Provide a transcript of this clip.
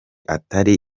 atari